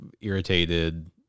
irritated